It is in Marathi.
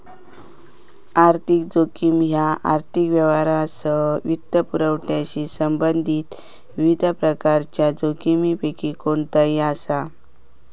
आर्थिक जोखीम ह्या आर्थिक व्यवहारांसह वित्तपुरवठ्याशी संबंधित विविध प्रकारच्यो जोखमींपैकी कोणताही असा